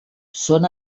són